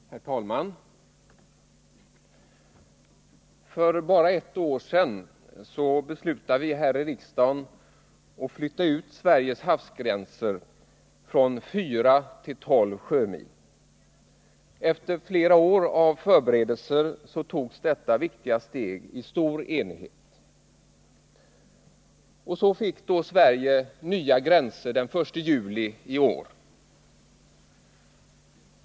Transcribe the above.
Herr talman! För bara ett år sedan beslutade vi här i riksdagen att flytta ut Sveriges havsgränser från 4 till 12 sjömil. Efter flera år av förberedelser togs detta viktiga steg i stor enighet. Och så fick då Sverige nya gränser den 1 juli i år.